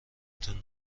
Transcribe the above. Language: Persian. تون